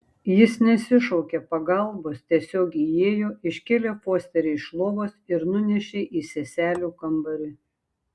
jis nesišaukė pagalbos tiesiog įėjo iškėlė fosterį iš lovos ir nunešė į seselių kambarį